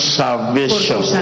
salvation